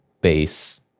base